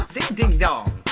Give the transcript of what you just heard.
Ding-ding-dong